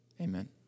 Amen